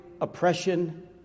oppression